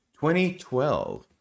2012